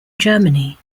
germany